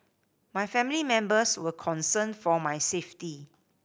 my family members were concerned for my safety